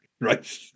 Right